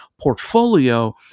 portfolio